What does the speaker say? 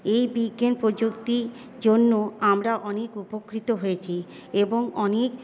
এই বিজ্ঞান প্রযুক্তির জন্য আমরা অনেক উপকৃত হয়েছি এবং অনেক